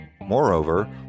Moreover